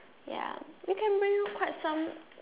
ya you can bring home quite some